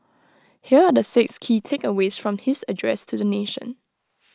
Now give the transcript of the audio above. here are the six key takeaways from his address to the nation